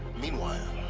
meanwhile.